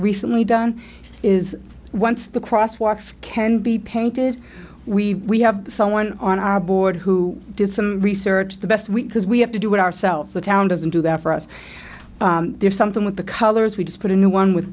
done is once the crosswalks can be painted we have someone on our board who does some research the best week because we have to do it ourselves the town doesn't do that for us there's something with the colors we just put in the one with